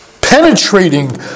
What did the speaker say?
Penetrating